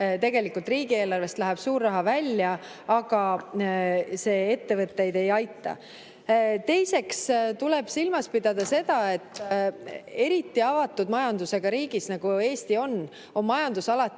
seetõttu riigieelarvest läheb suur raha välja, aga see ettevõtteid ei aita. Teiseks tuleb silmas pidada seda, et eriti avatud majandusega riigis, nagu Eesti on, on majandus alati